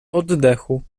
oddechu